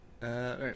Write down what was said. right